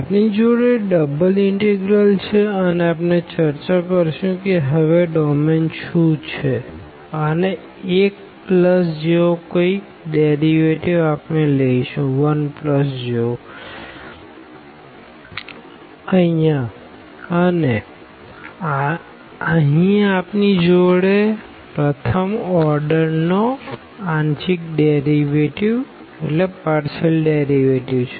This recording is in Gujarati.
આપણી જોડે ડબલ ઇનટેગ્રલ છે અને આપણે ચર્ચા કરશું કે હવે ડોમેન શુ છે અને 1 પ્લસ જેવો કોઈક ડેરીવેટીવ આપણે લેશું અહિયાં અને અહી આપણી જોડે પ્રથમ ઓર્ડર નો પાર્ડેશિઅલ ડેરીવેટીવ છે